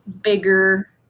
bigger